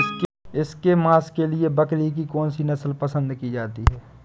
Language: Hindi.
इसके मांस के लिए बकरी की कौन सी नस्ल पसंद की जाती है?